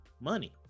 money